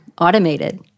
automated